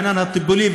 והעניין הטיפולי,